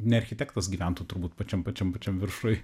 ne architektas gyventų turbūt pačiam pačiam pačiam viršuj